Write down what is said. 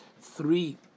three